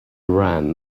ran